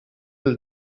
del